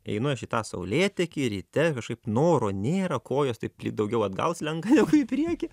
einu aš į tą saulėtekį ryte kažkaip noro nėra kojos taip lyg daugiau atgal slenka į priekį